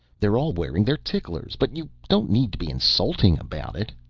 they're all wearing their ticklers. but you don't need to be insulting about it.